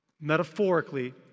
metaphorically